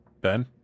Ben